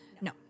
No